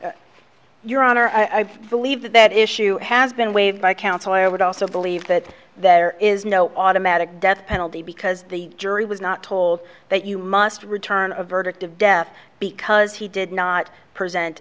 book your honor i believe that that issue has been waived by counsel i would also believe that there is no automatic death penalty because the jury was not told that you must return a verdict of death because he did not present